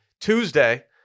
Tuesday